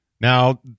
Now